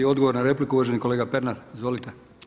Odgovor na repliku uvaženi kolega Pernar, izvolite.